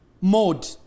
mode